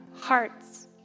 hearts